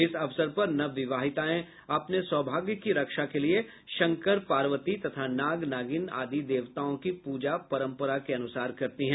इस अवसर पर नवविवाहिताएँ अपने सौभाग्य की रक्षा के लिए शंकर पार्वती तथा नाग नागिन आदि देवताओं की पूजा परंपरा अनुसार करती हैं